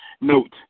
Note